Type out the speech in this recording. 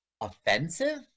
Offensive